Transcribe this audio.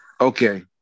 Okay